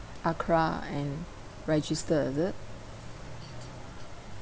ACRA and register is it